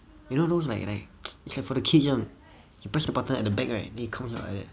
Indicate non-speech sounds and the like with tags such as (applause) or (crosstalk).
you know those like like (noise) it's like for the kids [one] you press the button at the back then it comes out like that